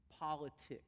politics